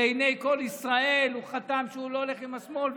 לעיני כל ישראל הוא חתם שהוא לא הולך עם השמאל,